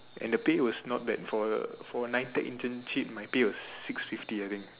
and the pay was not bad for a for a N_I_T_E_C internship my pay was six fifty I think